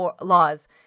laws